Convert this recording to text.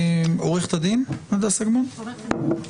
עורכת הדין הדס אגמון,